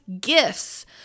gifts